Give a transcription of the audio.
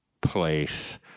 place